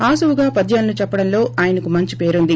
ఆసువుగా పద్యాలను చెప్పడంలో ఆయనకు మంచి పేరుంది